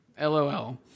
LOL